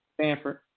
Stanford